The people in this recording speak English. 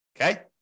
Okay